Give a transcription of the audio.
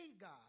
God